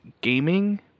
Gaming